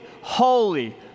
holy